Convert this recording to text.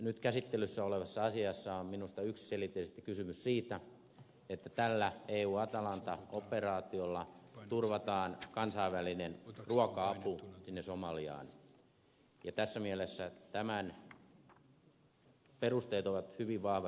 nyt käsittelyssä olevassa asiassa on minusta yksiselitteisesti kysymys siitä että tällä eun atalanta operaatiolla turvataan kansainvälinen ruoka apu sinne somaliaan ja tässä mielessä tämän perusteet ovat hyvin vahvasti humanitääriset